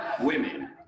women